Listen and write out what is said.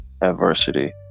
adversity